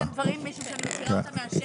אני מדברת על דברים שאני מכירה אותם מהשטח.